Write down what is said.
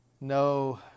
No